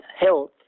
health